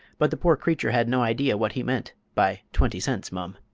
but the poor creature had no idea what he meant by twenty cents, mum.